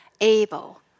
able